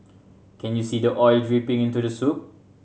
can you see the oil dripping into the soup